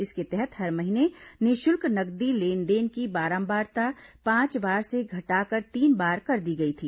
इसके तहत हर महीने निःशुल्क नकदी लेन देन की बारंबारता पांच बार से घटाकर तीन बार कर दी गई थी